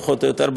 פחות או יותר,